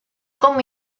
com